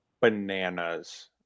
bananas